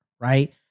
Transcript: right